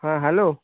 হ্যাঁ হ্যালো